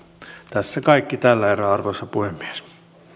tässä kaikki tällä erää arvoisa puhemies